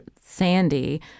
Sandy